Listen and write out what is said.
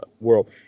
world